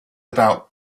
about